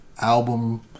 album